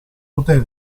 hotel